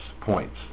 points